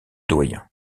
doyen